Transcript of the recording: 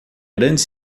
grande